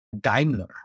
Daimler